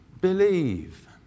Believe